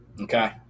Okay